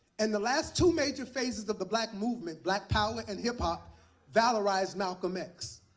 and the last two major phases of the black movement black power and hip-hop valorized malcolm x.